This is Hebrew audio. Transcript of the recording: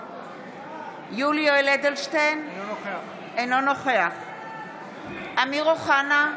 אינו נוכח אמיר אוחנה,